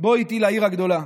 בוא איתי לעיר הגדולה.